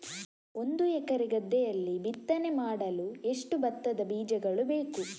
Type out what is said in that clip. ಒಂದು ಎಕರೆ ಗದ್ದೆಯಲ್ಲಿ ಬಿತ್ತನೆ ಮಾಡಲು ಎಷ್ಟು ಭತ್ತದ ಬೀಜಗಳು ಬೇಕು?